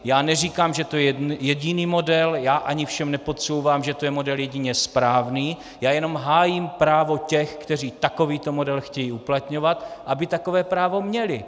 Já neříkám, že to je jediný model, já ani všem nepodsouvám, že to je model jedině správný, já jenom hájím právo těch, kteří takovýto model chtějí uplatňovat, aby takové právo měli.